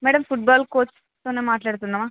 madam football కోచ్తోనే మాట్లాడుతున్నామా